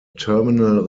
terminal